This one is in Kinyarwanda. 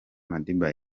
madiba